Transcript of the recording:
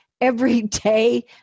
everyday